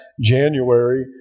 January